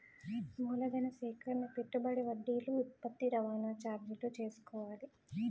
మూలధన సేకరణ పెట్టుబడి వడ్డీలు ఉత్పత్తి రవాణా చార్జీలు చూసుకోవాలి